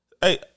Hey